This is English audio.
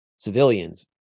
Civilians